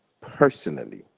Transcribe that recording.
personally